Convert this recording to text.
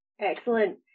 Excellent